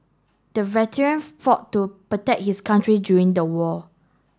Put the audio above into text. the veteran fought to protect his country during the war